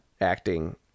Acting